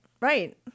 right